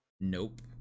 Nope